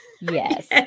Yes